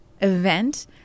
event